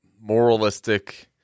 moralistic